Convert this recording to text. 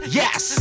yes